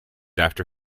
after